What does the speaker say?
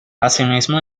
asimismo